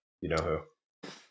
you-know-who